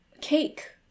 cake